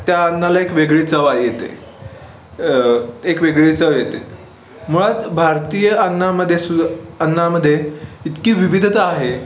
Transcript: त्या अन्नाला एक वेगळी चव आ येते एक वेगळी चव येते मुळात भारतीय अन्नामध्ये सुर अन्नामध्ये इतकी विविधता आहे